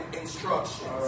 instructions